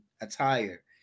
attire